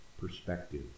perspective